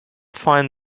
find